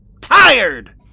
Tired